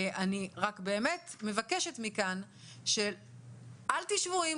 אני רק באמת מבקשת מכאן שאל תשבו עם